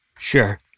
sure